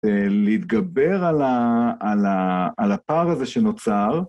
להתגבר על הפער הזה שנוצר.